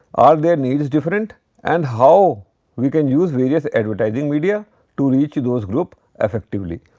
are their needs different and how we can use various advertising media to reach those group effectively?